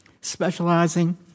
specializing